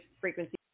frequency